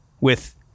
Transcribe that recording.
with-